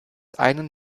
einen